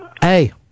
Hey